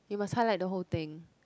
you must highlight the whole thing